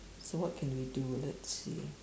so what can we do let's see